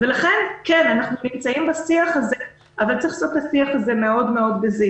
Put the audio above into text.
לכן אנחנו נמצאים בשיח הזה אבל צריך לעשות את השיח הזה בזהירות